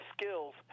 skills